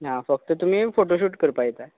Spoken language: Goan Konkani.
हां फक्त तुमी फोटोशूट करपा येता